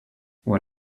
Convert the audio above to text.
what